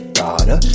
daughter